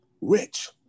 Rich